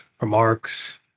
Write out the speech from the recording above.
remarks